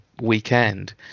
weekend